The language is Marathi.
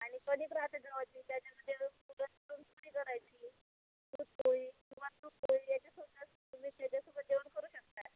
आणि कणिक राहते गव्हाची त्याच्यामध्ये दूध पोळी किंवा तूप पोळी याच्यासोबत म्हणजे त्याच्यासोबत जेवण करू शकतात